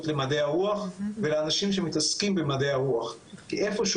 כי תראו,